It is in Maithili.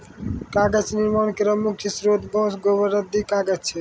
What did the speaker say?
कागज निर्माण केरो मुख्य स्रोत बांस, गोबर, रद्दी कागज छै